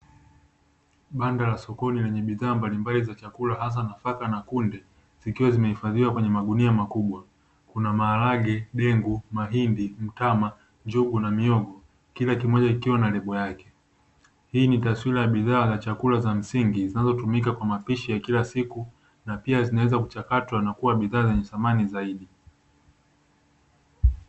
Banda la sokoni lenye bidhaa mbalimbali za chakula hasahasa nafaka na kunde zikiwa zimehifadhiwa kwenye magunia makubwa. Kuna maharage, dengu, mahindi, mtama, njugu na mihogo kila kimoja kikiwa na nembo yake. Hii ni taswira ya bidhaa za chakula za msingi zinazotumika katika mapishi ya kila siku na pia zinaweza kuchakatwa na kua bidhaa zenye thamani zaidi.